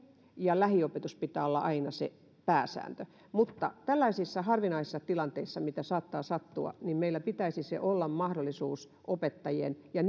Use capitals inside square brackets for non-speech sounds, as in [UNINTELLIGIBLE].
ja lähiopetuksen pitää olla aina se pääsääntö mutta tällaisissa harvinaisissa tilanteissa mitä saattaa sattua meillä pitäisi olla mahdollisuus opettajien ja [UNINTELLIGIBLE]